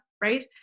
Right